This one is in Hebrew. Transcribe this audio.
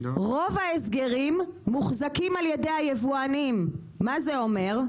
רוב ההסגרים מוחזקים על ידי היבואנים, מה זה אומר?